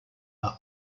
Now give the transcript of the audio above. are